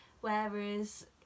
whereas